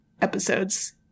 episodes